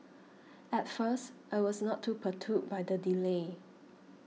at first I was not too perturbed by the delay